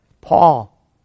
Paul